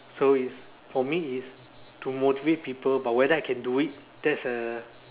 so is for me is to motivate people but whether I can do it that's a